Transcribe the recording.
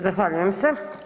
Zahvaljujem se.